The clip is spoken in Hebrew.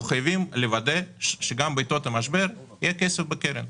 אנחנו חייבים לוודא שגם בעתות משבר יהיה כסף בקרן.